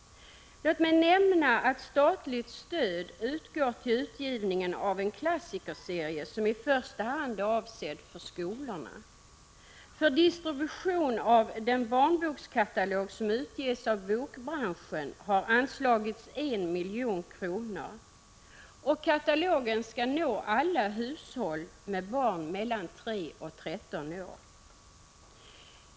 Låt mig nämna att statligt stöd utgår till utgivningen av en klassikerserie, som i första hand är avsedd för skolorna. För distribution av den barnbokskatalog som utges av bokbranschen har anslagits 1 milj.kr. Katalogen skall nå alla hushåll med barn mellan 3 och 13 år.